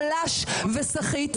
חלש וסחיט,